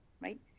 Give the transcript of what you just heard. right